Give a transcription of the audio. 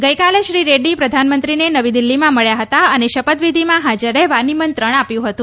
ગઇકાલે શ્રી રેડ્ડી પ્રધાનમંત્રીને નવી દિલ્હીમાં મળ્યા હતા અને શપથવિધિમાં હાજર રહેવા નિમંત્રણ આપ્યું હતું